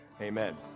Amen